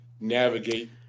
navigate